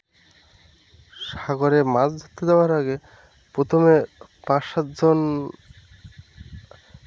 সাগরে মাছ ধরতে যাওয়ার আগে প্রথমে পাঁচ সাতজন